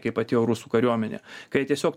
kaip atėjo rusų kariuomenė kai tiesiog